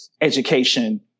education